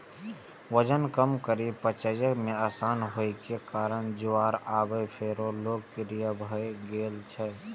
वजन कम करै, पचय मे आसान होइ के कारणें ज्वार आब फेरो लोकप्रिय भए गेल छै